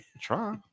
try